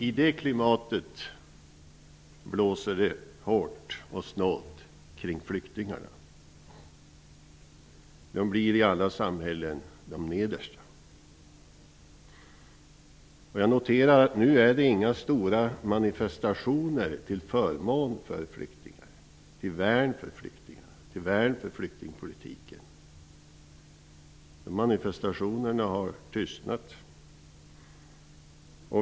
I det klimatet blåser det hårt och snålt kring flyktingarna. De blir de nedersta i alla samhällen. Jag noterar att det nu inte sker några stora manifestationer till förmån för flyktingar, till värn för flyktingarna och flyktingpolitiken. De manifestationerna har tystnat.